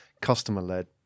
customer-led